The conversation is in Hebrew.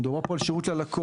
מדובר פה על שירות הלקוח.